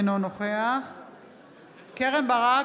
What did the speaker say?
אינו נוכח קרן ברק,